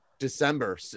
December